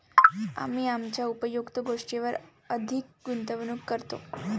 आम्ही आमच्या उपयुक्त गोष्टींवर अधिक गुंतवणूक करतो